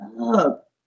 up